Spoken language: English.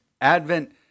Advent—